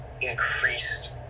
increased